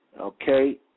Okay